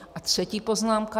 A třetí poznámka.